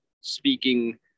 speaking